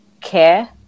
care